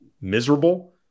miserable